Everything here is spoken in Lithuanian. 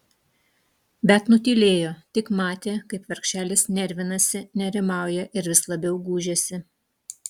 bet nutylėjo tik matė kaip vargšelis nervinasi nerimauja ir vis labiau gūžiasi